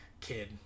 kid